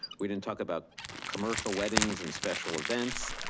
we didn't talk about commercial weddings and special events.